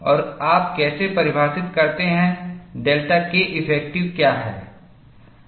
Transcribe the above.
और आप कैसे परिभाषित करते हैं डेल्टा Keffective क्या है